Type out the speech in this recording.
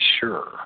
sure